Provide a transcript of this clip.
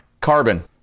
carbon